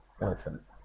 Listen